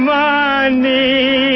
money